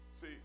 See